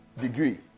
degree